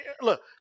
look